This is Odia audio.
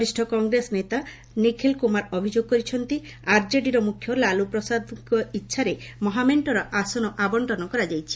ବରିଷ୍ଠ କଂଗ୍ରେସ ନେତା ନିଖିଲ୍ କୁମାର ଅଭିଯୋଗ କରିଛନ୍ତି ଆରଜେଡିର ମୁଖ୍ୟ ଲାଲୁପ୍ରସାଦଙ୍କ ଇଚ୍ଛାରେ ମହାମେଣ୍ଟର ଆସନ ଆବଶ୍ଚନ କରାଯାଇଛି